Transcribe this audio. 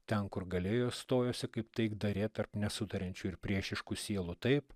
ten kur galėjo stojosi kaip taikdarė tarp nesutariančių ir priešiškų sielų taip